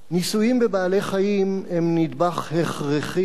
ניסויים בבעלי-חיים הם נדבך הכרחי,